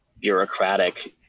bureaucratic